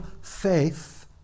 faith